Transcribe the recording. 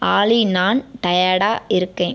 ஆலி நான் டயர்டாக இருக்கேன்